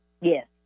Yes